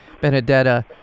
Benedetta